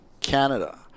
Canada